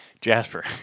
Jasper